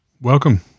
welcome